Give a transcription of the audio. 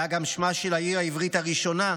היה גם שמה של העיר העברית הראשונה,